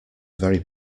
very